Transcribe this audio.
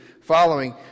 following